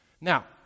Now